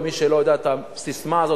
למי שלא יודע את הססמה הזאת,